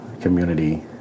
community